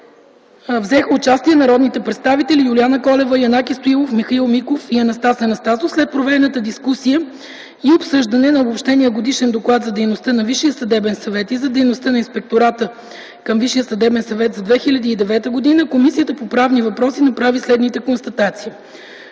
взеха участие народните представители Юлиана Колева, Янаки Стоилов, Михаил Миков и Анастас Анастасов. След проведената дискусия и обсъждането на Обобщения годишен доклад за дейността на Висшия съдебен съвет и за дейността на Инспектората към Висшия съдебен съвет за 2009 г. Комисията по правни въпроси направи следните констатации: